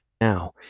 Now